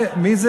רחבעם.